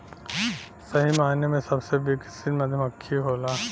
सही मायने में सबसे विकसित मधुमक्खी होला